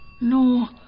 No